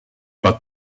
but